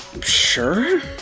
Sure